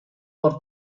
por